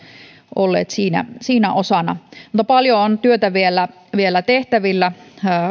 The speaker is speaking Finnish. olleet siinä siinä osana mutta paljon on töitä vielä tehtävillä